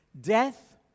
death